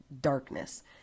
darkness